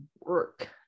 work